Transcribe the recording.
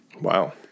Wow